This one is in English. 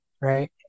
right